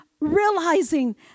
realizing